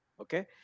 Okay